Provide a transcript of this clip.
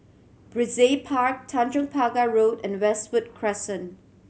Brizay Park Tanjong Pagar Road and Westwood Crescent